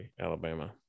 Alabama